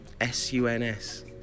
S-U-N-S